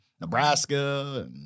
Nebraska